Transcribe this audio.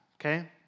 okay